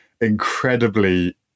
incredibly